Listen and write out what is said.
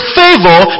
favor